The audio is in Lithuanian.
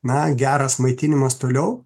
na geras maitinimas toliau